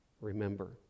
Remember